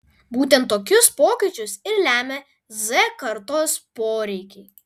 būtent tokius pokyčius ir lemia z kartos poreikiai